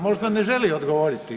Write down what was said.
Možda ne želi odgovoriti?